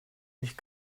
nicht